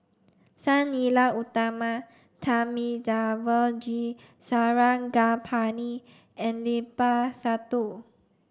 Sang Nila Utama Thamizhavel G Sarangapani and Limat Sabtu